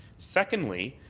secondly,